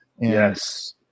Yes